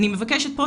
אני מבקשת פה,